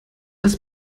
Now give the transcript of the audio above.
das